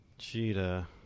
Cheetah